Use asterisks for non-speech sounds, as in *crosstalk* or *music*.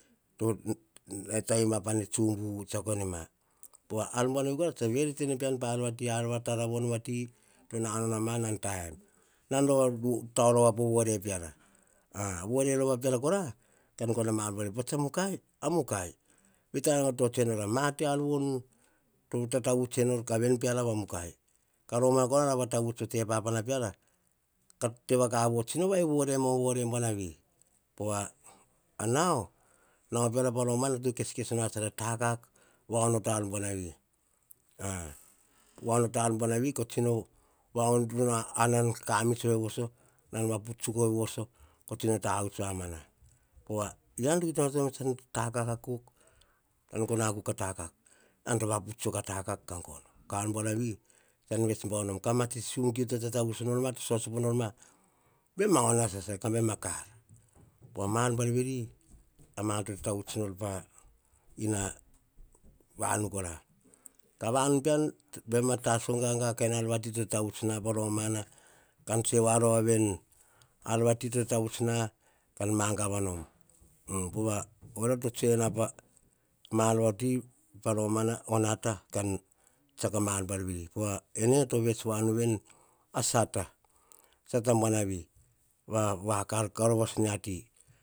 To taima pa ne tsubu tsiako ene ma, pova ar buanavi rova kora, tsa veretene pean, pa ar vati, ar va ta ravono vati, to nanao nama, nan ta em. Nan tao rova po vore peara. o vore peara rova kora kan gono a ma ar buar veni. Pa tsa mukai, a mukai, vei tane, nor tsotsoe nor, a ma te ar vori to tatavuts e nor, peara voro mukai. Ka romana kora nara vata vuts o papana peara. Ka te va kavo, tsino vai vore ma o vore buanavi. Pova nao, nao peara pa romana, to keskes na a takak, va onoto a ar buanavi. *hesitation* va onoto ar buanavi, ko tsino va onoto na, ar nan kamits ove voso, nan vaputs tsuk ove voso, ko tsino tavuts va mana. Ean to kita onoto nom, tsan takak akuk, ka gono akuk a takak. Ean to vaputs tsuk a takak ka gono, ka an buanavi tsan vets bau nom. Ka matsi sum kiu to tatavuts norma. To sosopo nor ma, baim a ona sasa, ka baim a kan. Pova ma ar buar veri, to tata vuts nor, pa ina venu kora. Ka vanu pean, baim a taso gaga kain ar vati to tatavuts pa romana, kon tsoe voa rova veni, ar vati to tatavuts na, tsan magava nom, pova, oria to tsoe ena pa ar vati. Pa romana, o nata kan tsiako a man buar veri. Povene to vets voa nu veni, a sata, a sata buanavi, pa va karkar va os nai a ti